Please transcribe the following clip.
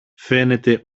φαίνεται